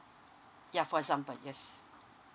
ya for example yes